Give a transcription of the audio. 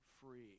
free